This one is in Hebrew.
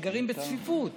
שגרות בצפיפות,